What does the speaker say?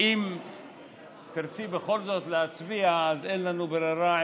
אם תרצי בכל זאת להצביע אז אין לנו ברירה,